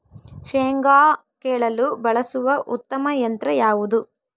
ಶೇಂಗಾ ಕೇಳಲು ಬಳಸುವ ಉತ್ತಮ ಯಂತ್ರ ಯಾವುದು?